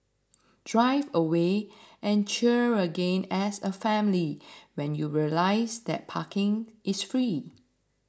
drive away and cheer again as a family when you realise that parking is free